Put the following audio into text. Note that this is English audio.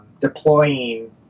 deploying